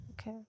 okay